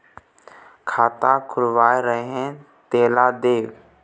खाता खुलवाय रहे तेला देव?